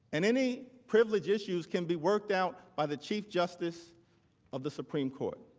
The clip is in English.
and any privileged issues can be worked out by the chief justice of the supreme court.